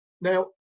now